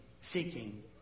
seeking